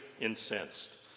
incensed